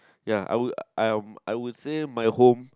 ya I would I'm I would say my home